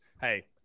Hey